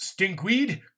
Stinkweed